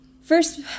first